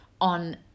on